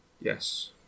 Yes